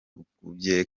ukubye